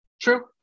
True